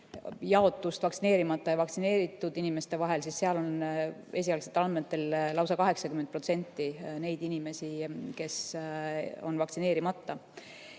puhul vaktsineerimata ja vaktsineeritud inimeste jaotust, siis seal on esialgsetel andmetel lausa 80% neid inimesi, kes on vaktsineerimata.